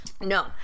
no